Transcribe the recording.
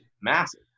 massive